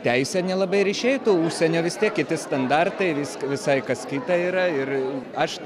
teisę nelabai ir išeitų užsienio vis tiek kiti standartai viską visai kas kita yra ir aš